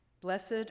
Blessed